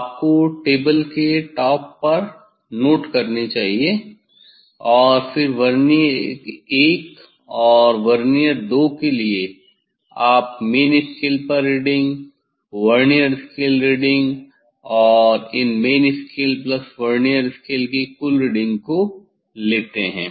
आपको टेबल के टॉप पर नोट करना चाहिए और फिर वर्नियर 1 और वर्नियर 2 के लिए आप मेन स्केल पर रीडिंग वर्नियर स्केल रीडिंग और इन main scale plus vernier scale की कुल रीडिंग को लेते हैं